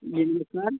जी नमस्कार